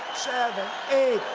seven, eight,